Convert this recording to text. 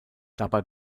dabei